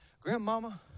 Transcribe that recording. grandmama